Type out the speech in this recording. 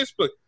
Facebook